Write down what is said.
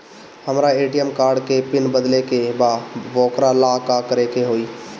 हमरा ATM card के PIN बदले के बा वोकरा ला का करे के होई?